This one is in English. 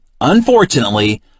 unfortunately